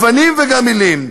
אבנים וגם מילים.